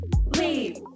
Leave